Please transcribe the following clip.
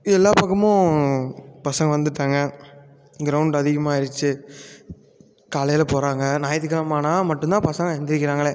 எல்லா பக்கமும் பசங்க வந்துடாங்க கிரௌண்டு அதிகமாயிடுச்சு காலையில் போகறாங்க ஞாயித்துகிழம ஆனால் மட்டும்தான் பசங்க எந்திரிக்கிறாங்களே